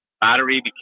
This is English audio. Battery